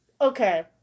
Okay